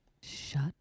Shut